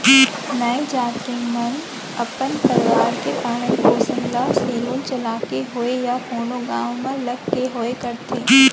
नाई जात के मन अपन परवार के पालन पोसन ल सेलून चलाके होवय या कोनो गाँव म लग के होवय करथे